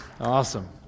Awesome